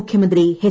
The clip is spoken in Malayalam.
മുഖ്യമന്ത്രി എച്ച്